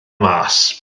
mas